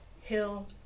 hill